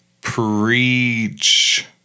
Preach